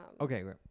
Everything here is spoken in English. Okay